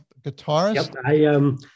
guitarist